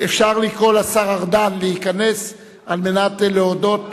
אפשר לקרוא לשר ארדן להיכנס כדי להודות.